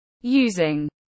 Using